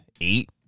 Eight